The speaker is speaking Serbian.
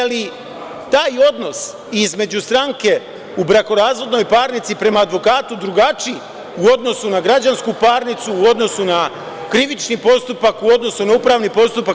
Da li je taj odnos između stranke u brakorazvodnoj parnici prema advokatu drugačiji u odnosu na građansku parnicu, u odnosu na krivični postupak, u odnosu na upravni postupak?